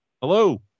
Hello